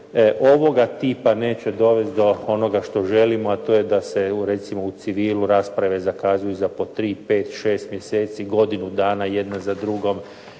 ovoga tipa neće dovesti do onoga što želimo, a to je da se u recimo u civilu rasprave zakazuju za po tri, pet, šest mjeseci, godinu dana jedna za drugom,